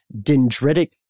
dendritic